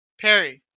Perry